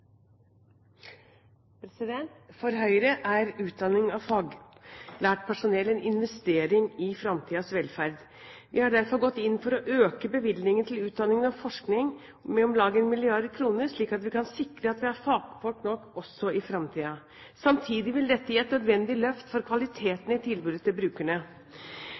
utdanning av faglært personell en investering i fremtidens velferd. Vi har derfor gått inn for å øke bevilgningene til utdanning og forskning med om lag 1 mrd. kr, slik at vi kan sikre at vi har fagfolk nok også i fremtiden. Samtidig vil dette gi et nødvendig løft for kvaliteten i tilbudet til brukerne.